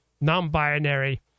non-binary